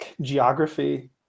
geography